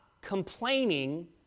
complaining